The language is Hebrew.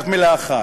רק מילה אחת.